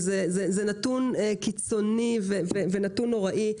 זה נתון קיצוני ונוראי.